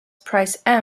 price